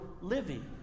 living